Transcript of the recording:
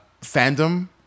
fandom